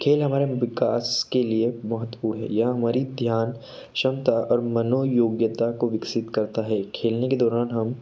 खेल हमारे विकास के लिए महत्वपूर्ण है यह हमारे ध्यान क्षमता और मनोयोग्यता को विकसित करता है खेलने के दौरान हम